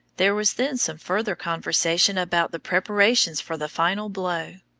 there was then some further conversation about the preparations for the final blow,